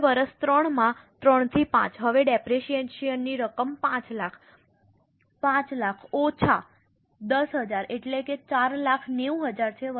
હવે વર્ષ 3 માં 3 થી 5 હવે ડેપરેશીયેશન ની રકમ 5 લાખ ઓછા 10000 એટલે કે 490000 છે